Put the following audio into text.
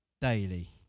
daily